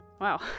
Wow